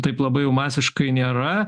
taip labai jau masiškai nėra